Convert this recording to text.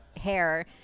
hair